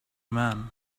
man